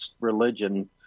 religion